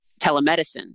telemedicine